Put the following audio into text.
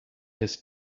his